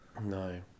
No